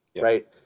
right